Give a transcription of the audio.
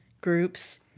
groups